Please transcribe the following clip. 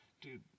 Dude